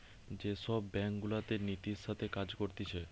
যে সব ব্যাঙ্ক গুলাতে নীতির সাথে কাজ করতিছে